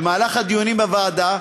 במהלך הדיונים בוועדה,